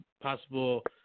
Possible